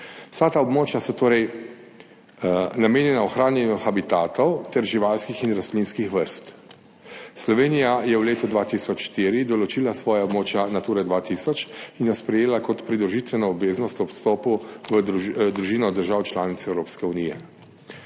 vsa ta območja so torej namenjena ohranjanju habitatov ter živalskih in rastlinskih vrst. Slovenija je v letu 2004 določila svoja območja Natura 2000 in jo sprejela kot pridružitveno obveznost ob vstopu v družino držav članic Evropske unije.